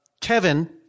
Kevin